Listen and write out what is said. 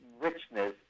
richness